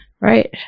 right